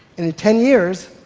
in ten years,